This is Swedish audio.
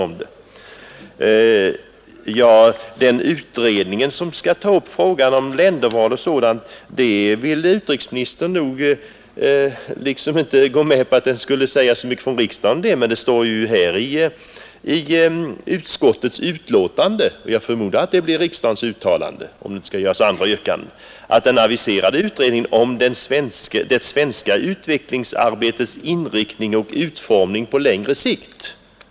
Utrikesministern ville inte gå med på att riksdagen skulle säga så mycket om den utredning som skall behandla frågan om länderval och sådant. Men det talas ju i utskottets betänkande — och jag förmodar att det kommer att bli riksdagens uttalande, om det inte skall göras andra yrkanden — om ”den i propositionen aviserade utredningen om det svenska utvecklingssamarbetets inriktning och utformning på längre sikt”.